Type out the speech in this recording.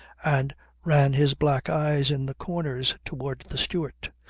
and ran his black eyes in the corners towards the steward.